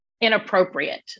Inappropriate